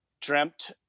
dreamt